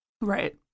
Right